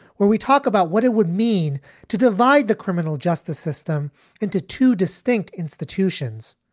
where we talk about what it would mean to divide the criminal justice system into two distinct institutions.